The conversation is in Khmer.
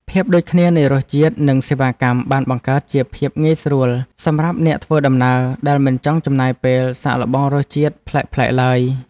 ភាពដូចគ្នានៃរសជាតិនិងសេវាកម្មបានបង្កើតជាភាពងាយស្រួលសម្រាប់អ្នកធ្វើដំណើរដែលមិនចង់ចំណាយពេលសាកល្បងរសជាតិ ប្លែកៗឡើយ។